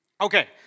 Okay